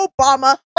Obama